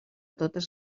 totes